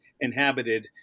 inhabited